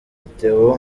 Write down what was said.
theo